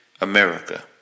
America